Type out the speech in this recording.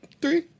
Three